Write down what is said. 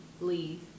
leave